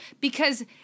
because-